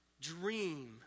dream